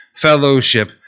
fellowship